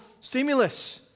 Stimulus